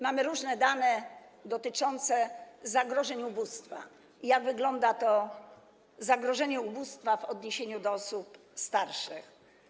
Mamy różne dane dotyczące zagrożeń ubóstwem, tego, jak wygląda to zagrożenie ubóstwem w odniesieniu do osób starszych.